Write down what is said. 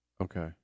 Okay